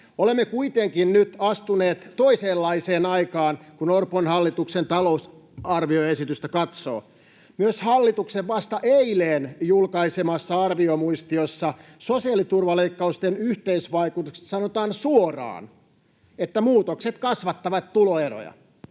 Olemme kuitenkin nyt astuneet toisenlaiseen aikaan, kun Orpon hallituksen talousarvioesitystä katsoo. Myös hallituksen vasta eilen julkaisemassa arviomuistiossa sosiaaliturvaleikkausten yhteisvaikutuksista sanotaan suoraan, että muutokset kasvattavat tuloeroja.